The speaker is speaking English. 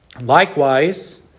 Likewise